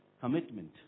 commitment